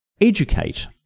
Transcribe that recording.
educate